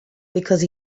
because